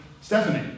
Stephanie